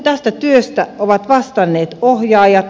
tästä työstä ovat vastanneet ohjaajat